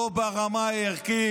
לא ברמה הערכית.